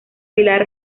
pilar